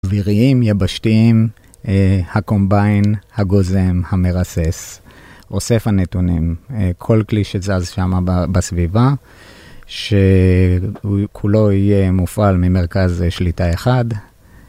אוויריים יבשתיים, הקומביין, הגוזם, המרסס, אוסף הנתונים, כל כלי שזז שם בסביבה, שכולו יהיה מופעל ממרכז שליטה אחד.